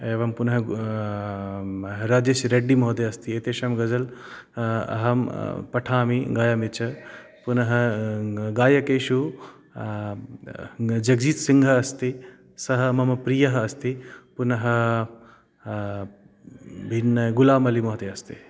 एवं पुनः राजेश् रेड्डि महोदयः अस्ति एतेषां गज़ल् अहं पठामि गायामि च पुनः गायकेषु जगजित् सिङ्घ अस्ति सः मम प्रियः अस्ति पुनः भिन्न गुलामलिमहोदयः अस्ति